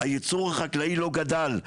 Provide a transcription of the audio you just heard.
היצור החקלאי לא גדל.